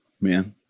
man